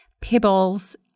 pebbles